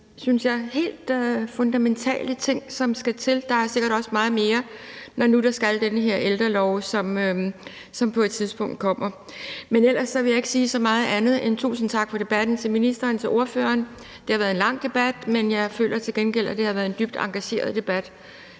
synes jeg, helt fundamentale ting, som skal til. Der er sikkert også meget mere, når nu der skal være den her ældrelov, som på et tidspunkt kommer. Men ellers vil jeg ikke sige så meget andet end tusind tak for debatten til ministeren og til ordførerne. Det har været en lang debat, men jeg føler til gengæld, at det har været en dybt engageret debat,